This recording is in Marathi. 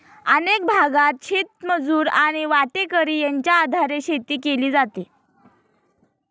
अनेक भागांत शेतमजूर आणि वाटेकरी यांच्या आधारे शेती केली जाते